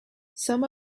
some